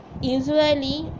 usually